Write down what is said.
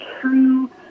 true